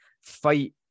fight